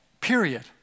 Period